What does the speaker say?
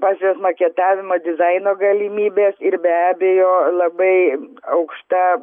pačios maketavimo dizaino galimybės ir be abejo labai aukšta